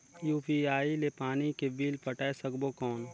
UPI ले पानी के बिल पटाय सकबो कौन?